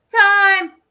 time